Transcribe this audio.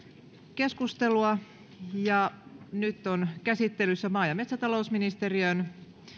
keskustelua ja nyt on käsittelyssä maa ja metsätalousministeriön